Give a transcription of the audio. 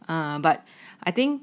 um but I think